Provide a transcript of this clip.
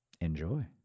Enjoy